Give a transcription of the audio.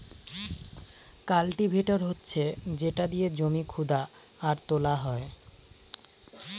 cultivator হচ্ছে যেটা দিয়ে জমি খুদা আর তোলা হয়